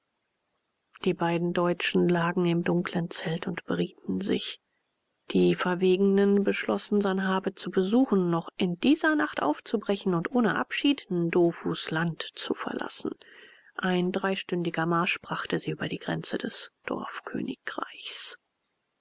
die beiden deutschen lagen im dunklen zelt und berieten sich die verwegenen beschlossen sanhabe zu besuchen noch in dieser nacht aufzubrechen und ohne abschied ndofus land zu verlassen ein dreistündiger marsch brachte sie über die grenze des